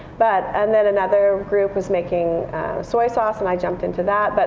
but and then another group was making soy sauce, and i jumped into that. but